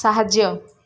ସାହାଯ୍ୟ